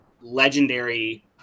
legendary